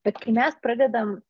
bet kai mes pradedam